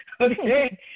Okay